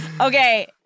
okay